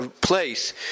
place